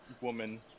woman